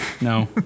No